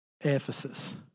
Ephesus